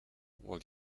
will